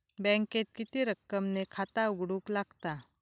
बँकेत किती रक्कम ने खाता उघडूक लागता?